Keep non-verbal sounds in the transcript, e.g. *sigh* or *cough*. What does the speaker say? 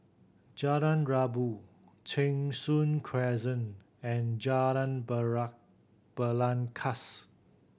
Jalan Rabu Cheng Soon Crescent and Jalan *unintelligible* Belangkas